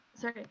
sorry